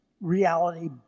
Reality